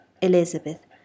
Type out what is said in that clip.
Elizabeth